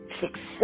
success